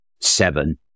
seven